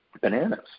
bananas